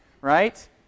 right